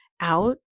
out